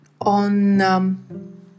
on